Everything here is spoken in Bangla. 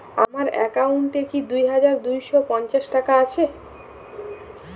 আমার অ্যাকাউন্ট এ কি দুই হাজার দুই শ পঞ্চাশ টাকা আছে?